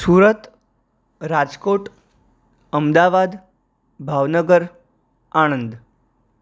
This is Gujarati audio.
સુરત રાજકોટ અમદાવાદ ભાવનગર આણંદ